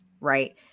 right